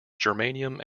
germanium